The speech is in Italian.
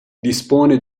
dispone